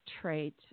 trait